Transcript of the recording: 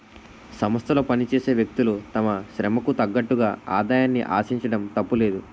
సంస్థలో పనిచేసే వ్యక్తులు తమ శ్రమకు తగ్గట్టుగా ఆదాయాన్ని ఆశించడం తప్పులేదు